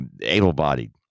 able-bodied